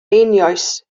einioes